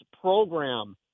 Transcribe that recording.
program